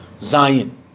Zion